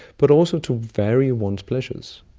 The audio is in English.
but also to vary one's pleasures.